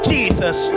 Jesus